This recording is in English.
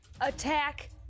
Attack